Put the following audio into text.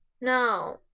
No